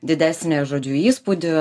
didesnį žodžiu įspūdį